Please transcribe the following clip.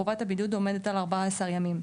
חובת הבידוד עומדת על 14 ימים.